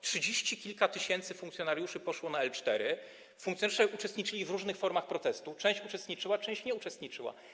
Trzydzieści kilka tysięcy funkcjonariuszy poszło na L4, w ogóle funkcjonariusze uczestniczyli w różnych formach protestu, ale część uczestniczyła, część nie uczestniczyła.